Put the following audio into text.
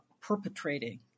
perpetrating